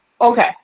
okay